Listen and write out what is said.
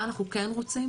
מה אנחנו כן רוצים?